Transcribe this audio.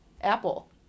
apple